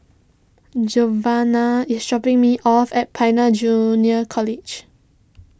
Giovanna is dropping me off at Pioneer Junior College